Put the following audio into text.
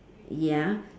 ya